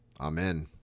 Amen